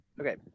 Okay